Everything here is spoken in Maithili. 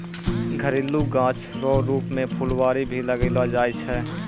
घरेलू गाछ रो रुप मे फूलवारी भी लगैलो जाय छै